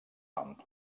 nom